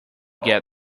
get